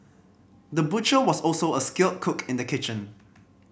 the butcher was also a skilled cook in the kitchen